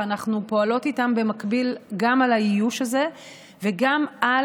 ואנחנו פועלות איתם במקביל גם על האיוש הזה וגם על